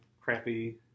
crappy